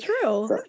true